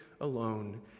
alone